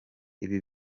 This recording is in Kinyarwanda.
ibi